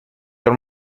your